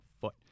foot